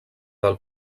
del